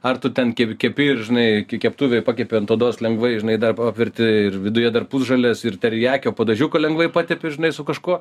ar tu ten kepi ir žinai keptuvėj pakepi ant odos lengvai žinai dar apverti ir viduje dar pusžalės ir terijakio padažiuku lengvai patepi žinai su kažkuo